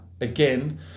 again